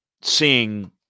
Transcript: seeing